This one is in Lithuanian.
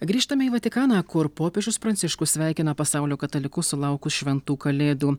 grįžtame į vatikaną kur popiežius pranciškus sveikina pasaulio katalikus sulaukus šventų kalėdų